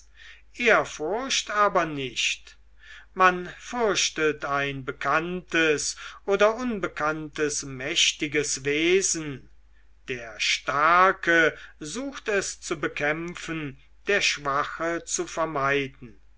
ehrfurcht aber nicht man fürchtet ein bekanntes oder unbekanntes mächtiges wesen der starke sucht es zu bekämpfen der schwache zu vermeiden